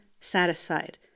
satisfied